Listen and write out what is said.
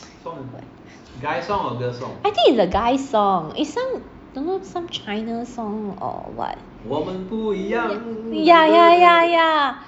I think is a guys song is some don't know some China song or what ya ya ya ya